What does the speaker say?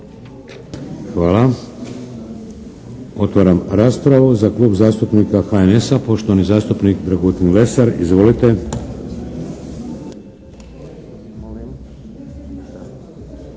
Hvala. Otvaram raspravu. Za Klub zastupnika HNS-a, poštovani zastupnik Dragutin Lesar. Izvolite.